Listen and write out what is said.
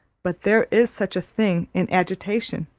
but there is such a thing in agitation.